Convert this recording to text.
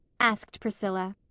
asked priscilla.